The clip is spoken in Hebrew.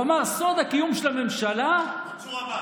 הוא אמר: סוד הקיום של הממשלה, מנסור עבאס.